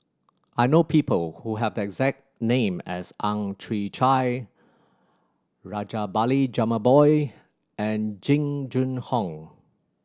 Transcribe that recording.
I know people who have the exact name as Ang Chwee Chai Rajabali Jumabhoy and Jing Jun Hong